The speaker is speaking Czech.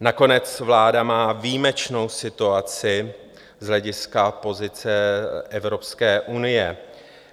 Nakonec vláda má výjimečnou situaci z hlediska pozice Evropské unie,